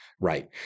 right